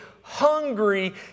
hungry